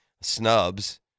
snubs